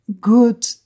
good